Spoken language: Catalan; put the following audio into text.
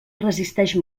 resisteix